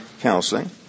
counseling